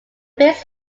base